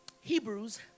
Hebrews